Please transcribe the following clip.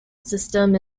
system